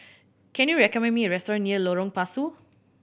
can you recommend me a restaurant near Lorong Pasu